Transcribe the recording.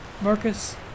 Marcus